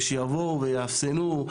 ושיבואו ויאפסנו,